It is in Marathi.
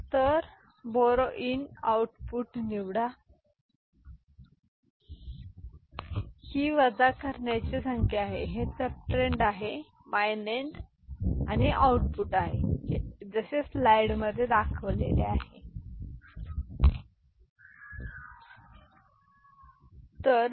तर बोर इन आउटपुट निवडा इनपुट निवडा किंवा बोरो घ्या ही वजा करण्याची संख्या आहे हे सबट्रेन्ड आहे हे मिनुएंड आहे आणि हे आउटपुट आहे की ते मिनीएंड आहे किंवा फरक ठीक आहे